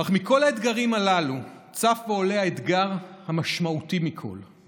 אך מכל האתגרים הללו צף ועולה האתגר המשמעותי מכול,